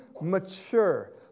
mature